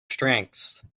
strengths